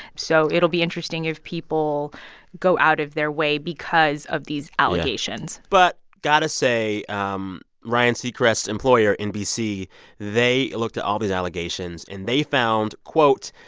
so it'll be interesting if people go out of their way because of these allegations but got to say um ryan seacrest's employer nbc they looked all these allegations. and they found, quote,